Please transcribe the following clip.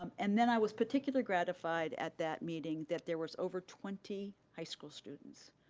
and then i was particular gratified at that meeting that there was over twenty high school students.